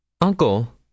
Uncle